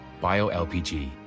Bio-LPG